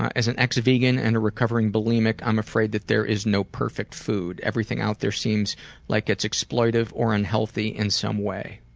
as an ex-vegan and a recovering bulimic, i'm afraid that there is no perfect food. everything out there seems like its exploitive or unhealthy in some way.